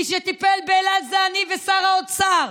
מי טיפל באל על אלה אני ושר האוצר.